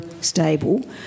stable